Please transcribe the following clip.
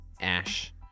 Ash